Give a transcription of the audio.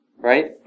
right